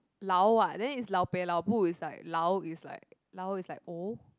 lao [what] then if lao-peh lao-bu it's like lao is like lao is like old